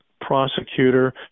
prosecutor